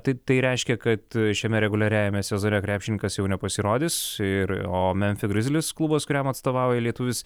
taip tai reiškia kad šiame reguliariajame sezone krepšininkas jau nepasirodys ir o memfio grizlis klubas kuriam atstovauja lietuvis